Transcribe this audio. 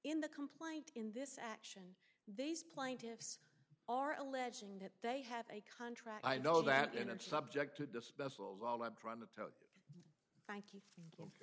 in the complaint in this action these plaintiffs are alleging that they have a contract i know that they're not subject to disposal is all i'm trying to tell you